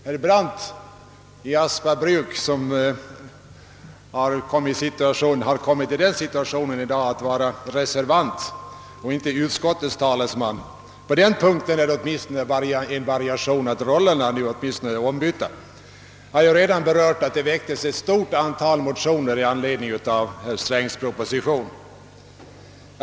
Herr Brandt i Aspabruk, som i dag är i den situationen att vara reservant och inte utskottets talesman — på den punkten är det åtminstone en variation så till vida att rollerna är ombytta — har ju redan nämnt att det väcktes ett stort antal motioner i anledning av herr Strängs proposition.